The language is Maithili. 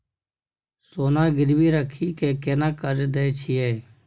सोना गिरवी रखि के केना कर्जा दै छियै?